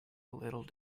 little